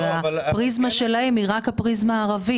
והפריזמה שלהם היא רק הפריזמה הערבית.